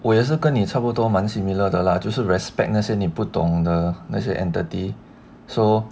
我也是跟你差不多蛮 similar 的啦就是 respect 那些你不懂的那些 entity so